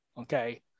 Okay